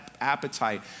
appetite